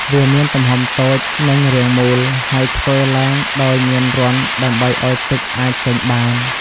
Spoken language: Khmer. វាមានទំហំតូច និងរាងមូល ហើយធ្វើឡើងដោយមានរន្ធដើម្បីឲ្យទឹកអាចចេញបាន។